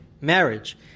marriage